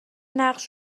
نقش